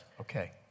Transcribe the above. Okay